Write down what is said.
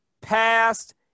past